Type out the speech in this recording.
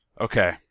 Okay